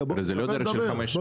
זו לא דרך של חמש שעות.